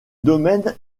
domaine